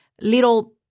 little